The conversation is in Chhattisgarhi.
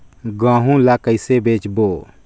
गहूं ला कइसे बेचबो?